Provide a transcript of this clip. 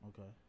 Okay